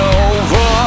over